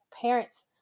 parents